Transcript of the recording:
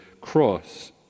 cross